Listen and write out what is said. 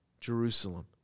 Jerusalem